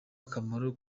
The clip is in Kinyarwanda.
akamaro